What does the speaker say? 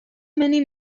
many